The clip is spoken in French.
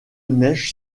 neige